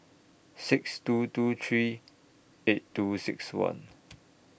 six two two three eight two six one